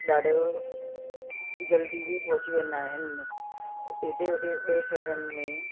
ॾाढो जल्दी बि पहुची वेंदा आहिनि इते एॾे ओॾे ॿे शहरनि में